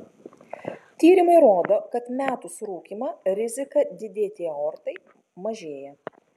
tyrimai rodo kad metus rūkymą rizika didėti aortai mažėja